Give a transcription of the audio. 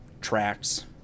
tracks